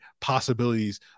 possibilities